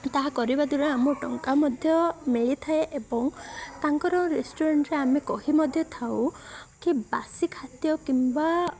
ତାହା କରିବା ଦ୍ୱାରା ଆମକୁ ଟଙ୍କା ମଧ୍ୟ ମିଳିଥାଏ ଏବଂ ତାଙ୍କର ରେଷ୍ଟୁରାଣ୍ଟରେ ଆମେ କହି ମଧ୍ୟ ଥାଉ କି ବାସି ଖାଦ୍ୟ କିମ୍ବା